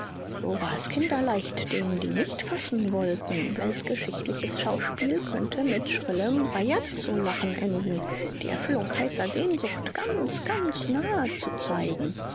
so war es kinderleicht denen die nicht fassen wollten weltgeschichtliches schauspiel könnte mit schrillem bajazzolachen enden die erfüllung heißer sehnsucht ganz ganz nahe zu zeigen